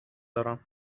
دارم